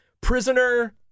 Prisoner